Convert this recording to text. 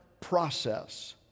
process